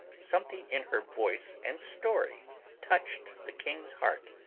something in her voice and story touched the king's heart,